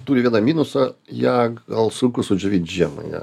turi vieną minusą ją gal sunku sudžiovint žiemai ją